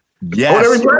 Yes